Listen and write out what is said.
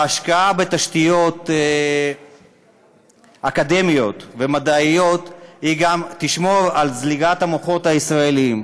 ההשקעה בתשתיות אקדמיות ומדעיות גם תשמור מפני זליגת המוחות הישראליים.